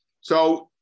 So-